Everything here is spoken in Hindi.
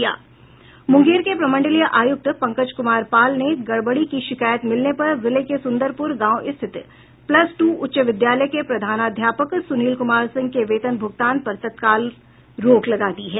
मुंगेर के प्रमंडलीय आयुक्त पंकज कुमार पाल ने गड़बड़ी की शिकायत मिलने पर जिले के सुन्दरपुर गांव स्थित प्लस टू उच्च विद्यालय के प्रधानाध्यापक सुनील कुमार सिंह के वेतन भुगतान पर तत्काल रोक लगा दी है